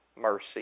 mercy